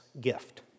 gift